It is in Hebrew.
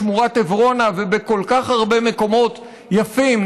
בשמורת עברונה ובכל כך הרבה מקומות יפים,